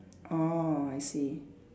orh I see